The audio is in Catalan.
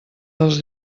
dels